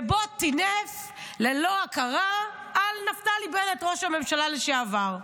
ובו טינף ללא הכרה על נפתלי בנט ראש הממשלה לשעבר.